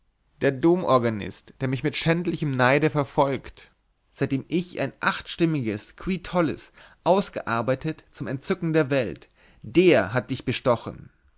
der dom organist der mich mit schändlichem neide verfolgt seitdem ich ein achtstimmiges qui tollis ausgearbeitet zum entzücken der welt der hat dich bestochen